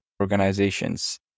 organizations